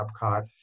Epcot